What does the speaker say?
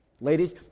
ladies